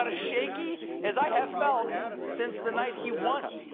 ah shaky as i have felt since the night he won.